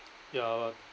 ya but